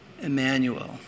Emmanuel